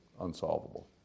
unsolvable